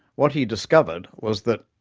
what he discovered was that,